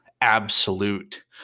absolute